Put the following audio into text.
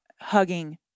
hugging